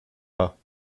pas